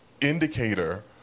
indicator